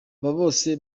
bose